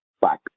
black